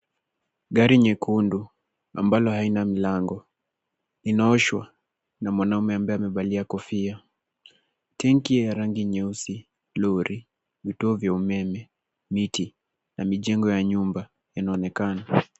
Gari nyekundu ambalo haina milango inaoshwa na mwanaume ambaye amevalia kofia. Tengi ya rangi nyeusi, lori, vituo vya umeme, miti na mijengo ya nyumba inaonekana.